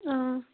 آ